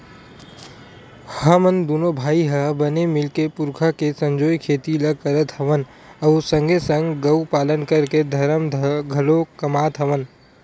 हमन दूनो भाई ह बने मिलके पुरखा के संजोए खेती ल करत हवन अउ संगे संग गउ पालन करके धरम घलोक कमात हवन